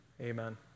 Amen